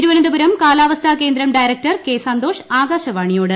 തിരുവനന്തപുരം കാലാവസ്ഥാകേന്ദ്രം director K Santhosh ആകാശവാണിയോട്